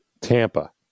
Tampa